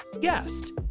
guest